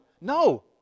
no